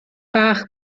bach